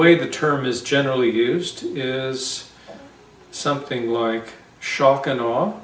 way the term is generally used is something like shock and awe